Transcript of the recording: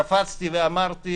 קפצתי ואמרתי